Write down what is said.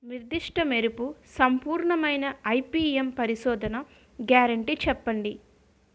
నిర్దిష్ట మెరుపు సంపూర్ణమైన ఐ.పీ.ఎం పరిశోధన గ్యారంటీ చెప్పండి?